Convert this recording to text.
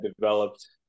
developed